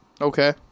Okay